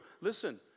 Listen